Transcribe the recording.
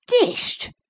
Dished